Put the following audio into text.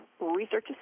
research